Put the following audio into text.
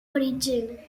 origen